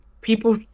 people